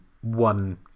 one